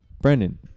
Brandon